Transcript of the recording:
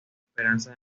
esperanza